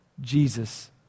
Jesus